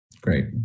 Great